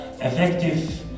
effective